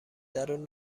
درون